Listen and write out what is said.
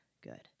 Good